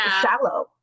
shallow